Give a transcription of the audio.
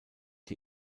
die